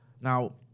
Now